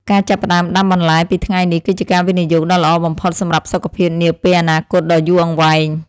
ការចាប់ផ្តើមដាំបន្លែពីថ្ងៃនេះគឺជាការវិនិយោគដ៏ល្អបំផុតសម្រាប់សុខភាពនាពេលអនាគតដ៏យូរអង្វែង។